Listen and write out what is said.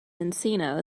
encino